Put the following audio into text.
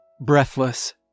breathless